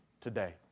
today